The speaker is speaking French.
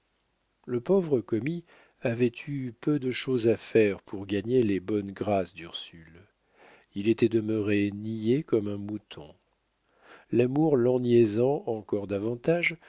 le pauvre commis avait eu peu de chose à faire pour gagner les bonnes grâces d'ursule il était demeuré niais comme un mouton l'amour l'enniaisant encore davantage